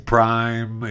Prime